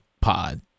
pod